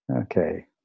Okay